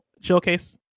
showcase